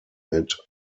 mit